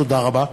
תודה רבה.